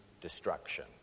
destruction